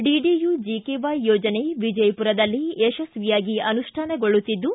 DDU GKY ಯೋಜನೆ ವಿಜಯಪುರದಲ್ಲಿ ಯಶಸ್ವಿಯಾಗಿ ಅನುಷ್ಠಾನಗೊಳ್ಳುತ್ತಿದ್ದು